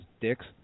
dicks